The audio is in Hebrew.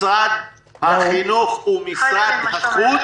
משרד החינוך ומשרד החוץ,